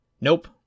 Nope